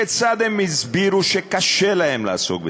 כיצד הם הסבירו שקשה להם לעסוק בזה.